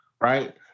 right